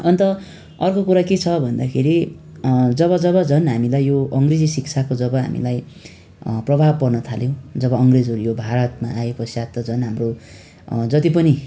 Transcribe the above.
अन्त अर्को कुरा के छ भन्दाखेरि जब जब झन् हामीलाई यो अङ्ग्रेजी शिक्षाको जब हामीलाई प्रभाव पर्न थाल्यो जब अङ्ग्रेजहरू यो भारतमा आएपपश्चात त झन् हाम्रो जति पनि